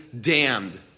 damned